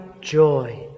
joy